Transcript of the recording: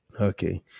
Okay